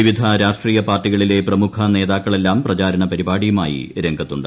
വിവിധ രാഷ്ട്രീയ പാർട്ടികളിലെ പ്രമുഖ നേതാക്കളെല്ലാം പ്രചാരണ ്പരിപാടിയുമായി രംഗത്തുണ്ട്